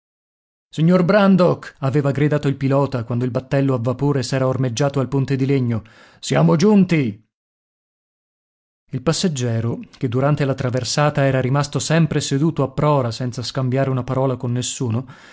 signor brandok aveva gridato il pilota quando il battello a vapore s'era ormeggiato al ponte di legno siamo giunti il passeggero che durante la traversata era rimasto sempre seduto a prora senza scambiare una parola con nessuno